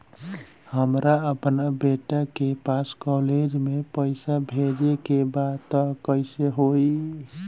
हमरा अपना बेटा के पास कॉलेज में पइसा बेजे के बा त कइसे होई?